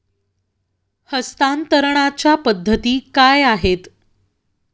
हस्तांतरणाच्या पद्धती काय आहेत?